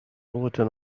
bulletin